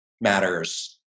matters